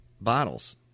bottles